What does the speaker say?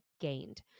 gained